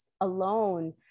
alone